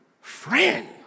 friend